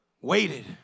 waited